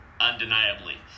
undeniably